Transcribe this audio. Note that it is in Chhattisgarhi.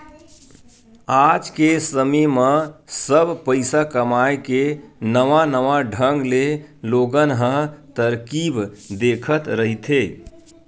आज के समे म सब पइसा कमाए के नवा नवा ढंग ले लोगन ह तरकीब देखत रहिथे